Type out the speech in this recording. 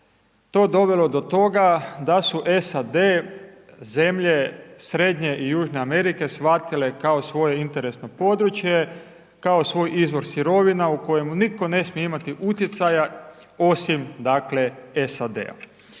to dovelo do toga da su SAD, zemlje Srednje i Južne Amerike shvatila kao svoje interesno područje, kao svoj izvor sirovina u kojemu nitko ne smije imati utjecaja osim dakle